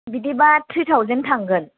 बिदिबा three thousand थांगोन